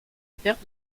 perte